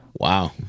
Wow